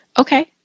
Okay